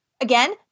Again